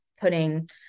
putting